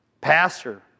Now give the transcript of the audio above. Pastor